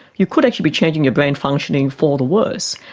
you could actually be changing your brain functioning for the worse.